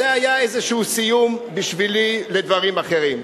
זה היה איזה סיום בשבילי לדברים אחרים.